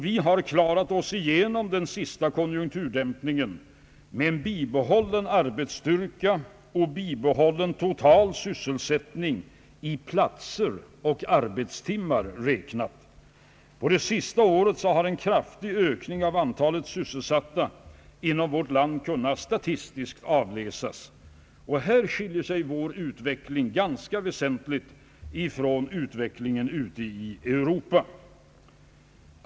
Vi har klarat oss genom den sista konjunkturdämpningen med en bibehållen arbetsstyrka och bibehållen total sysselsättning i platser och arbetstimmar räknat. Det senaste året har en kraftig ökning av antalet sysselsatta inom vårt land kunnat statistiskt avläsas. Här skiljer sig vår utveckling ganska väsentligt från utvecklingen ute i Europa.